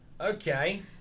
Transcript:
Okay